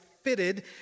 fitted